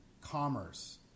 commerce